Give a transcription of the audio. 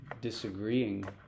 disagreeing